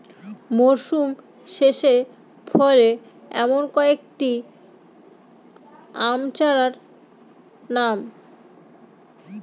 মরশুম শেষে ফলে এমন কয়েক টি আম চারার নাম?